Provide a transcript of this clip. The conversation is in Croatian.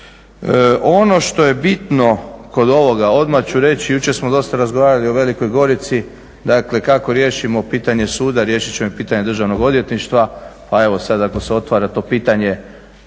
Ono što je bitno kod ovoga, odmah ću reći, jučer smo dosta razgovarali o Velikoj Gorici, dakle kako riješimo pitanje suda, riješiti ćemo i pitanje državnog odvjetništva. Pa evo sada ako se otvara to pitanje,